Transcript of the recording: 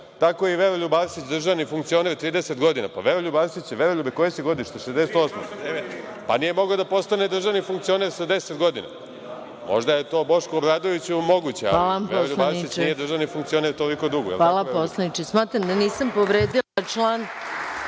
tako je i Veroljub Arsić državni funkcioner 30 godina. Pa, Veroljub Arsić je, Veroljube koje si godište, 1968. godište? Pa, nije mogao da postane državni funkcioner sa 10 godina. Možda je to Bošku Obradoviću moguće, ali Veroljub Arsić nije državni funkcioner toliko dugo. **Maja Gojković** Hvala poslaniče. Smatram da nisam povredila član